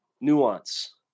nuance